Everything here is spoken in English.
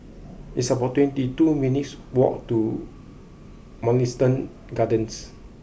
it's about twenty two minutes' walk to Mugliston Gardens